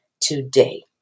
today